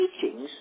teachings